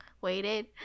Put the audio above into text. waited